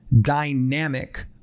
dynamic